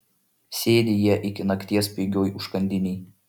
sėdi jie iki nakties pigioj užkandinėj